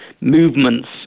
movements